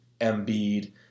Embiid